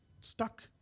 stuck